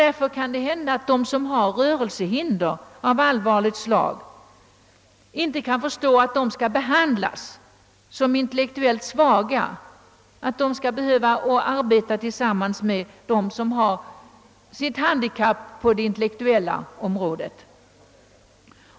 Det kan hända att de som har rörelsehinder av allvarligt slag inte tycker att de skall behöva behandlas på samma sätt som och arbeta tillsammans med dem som har sitt handikapp på det intellektuella planet.